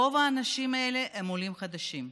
רוב האנשים האלה הם עולים חדשים.